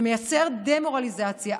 זה מייצר דה-מורליזציה,